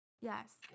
Yes